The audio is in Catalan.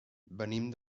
venim